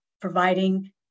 providing